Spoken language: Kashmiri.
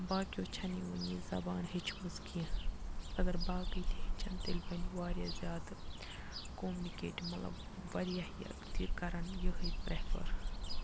باقٕیو چھَنہٕ وٕنہِ یہِ زبان ہیٚچھمٕژ کینٛہہ اَگر باقٕے تہٕ ہیٚچھن تیٚلہِ بَنہِ واریاہ زیادٕ کوٚمنِکیٹِو مطلب واریاہ یہِ تہِ کَرن یِہٕے پرٛٮ۪فَر